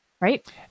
right